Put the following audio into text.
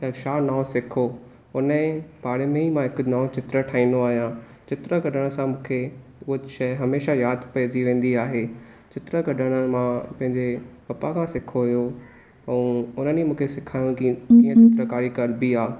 ऐं छा नओं सिखियो उन जे बारे में ई मां हिकु नओं चित्र ठाहींदो आहियां चित्र कढण सां मूंखे उहा शइ हमेशा यादि पइजी वेंदी आहे चित्र कढणु मां पंहिंजे पप्पा खां सिखियो हुयो ऐं उन्हनि ई मूंखे सेखारियो की कीअं चित्रकारी कबी आहे